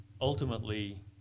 ultimately